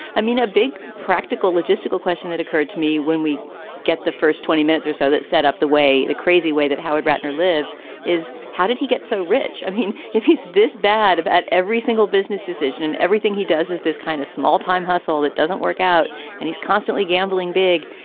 i mean, a big practical logistical question that occurred to me when we get the first twenty minutes or so that set up the way, the crazy way that howard ratner lives is how did he get so rich? i mean, if he's this bad at every single business decision and everything he does is this kind of small hustle that doesn't work out and he's constantly gambling big.